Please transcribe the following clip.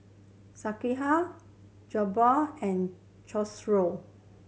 Sekihan Jokbal and Chorizo